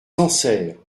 sancerre